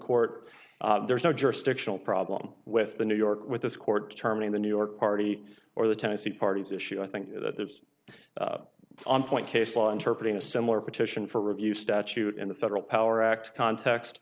court there's no jurisdictional problem with the new york with this court determining the new york party or the tennessee party's issue i think that there's on point case law interpret in a similar petition for review statute in the federal power act context